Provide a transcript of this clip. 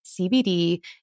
CBD